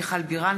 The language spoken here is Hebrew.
מיכל בירן,